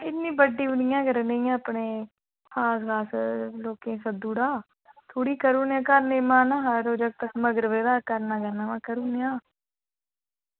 इन्नी बड्डी बी निं ऐ करानी इ'यां अपने खास खास लोकें ई सद्दी ओड़े दा थोह्ड़ी करी ओड़ने आं करने दा मन हा यरो जागत हा मगर पेदा करना करना महां करी ओड़ने आं